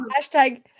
hashtag